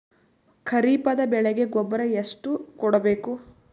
ಖರೀಪದ ಬೆಳೆಗೆ ಗೊಬ್ಬರ ಎಷ್ಟು ಕೂಡಬೇಕು?